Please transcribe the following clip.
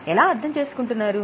ఎలా అర్థం చేసుకుంటున్నారు